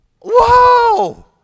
Whoa